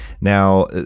Now